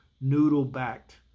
noodle-backed